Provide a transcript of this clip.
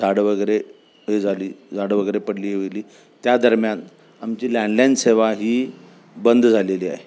झाडं वगैरे हे झाली झाडं वगैरे पडली वेली त्या दरम्यान आमची लँडलाईन सेवा ही बंद झालेली आहे